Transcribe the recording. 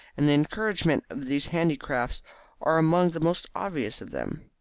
and the encouragement of these handicrafts are among the most obvious of them.